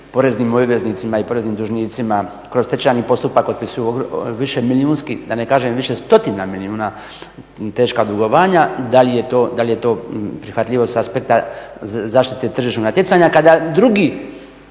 poreznim obveznicima i poreznim dužnicima kroz stečajni postupak otpisuju višemilijunski, da ne kažem više stotina milijuna teška dugovanja, da li je to prihvatljivo s aspekta zaštite tržišnog natjecanja kada drugi